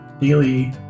daily